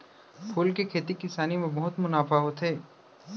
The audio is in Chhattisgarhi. फूल के खेती किसानी म बहुत मुनाफा होथे